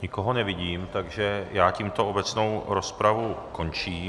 Nikoho nevidím, takže tímto obecnou rozpravu končím.